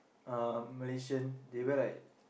uh Malaysian they wear like